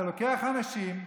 אתה לוקח אנשים,